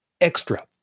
extra